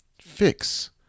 fix